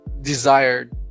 Desired